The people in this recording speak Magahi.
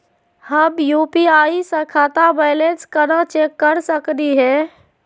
हम यू.पी.आई स खाता बैलेंस कना चेक कर सकनी हे?